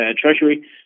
Treasury